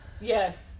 Yes